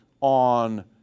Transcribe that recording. on